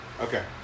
Okay